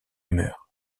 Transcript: humeur